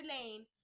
lane